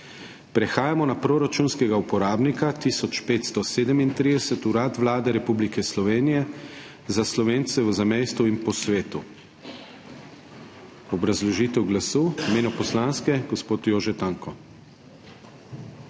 Prehajamo na proračunskega uporabnika 1537 Urad Vlade Republike Slovenije za Slovence v zamejstvu in po svetu. Obrazložitev glasu v imenu poslanske skupine, gospod Jože Tanko.**JOŽE